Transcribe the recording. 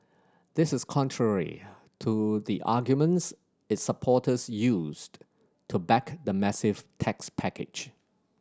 this is contrary to the arguments its supporters used to back the massive tax package